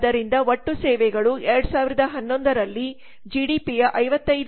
ಆದ್ದರಿಂದ ಒಟ್ಟು ಸೇವೆಗಳು 2011 ರಲ್ಲಿ ಜಿಡಿಪಿಯ 55